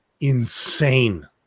insane